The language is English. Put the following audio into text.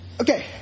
Okay